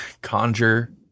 conjure